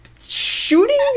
shooting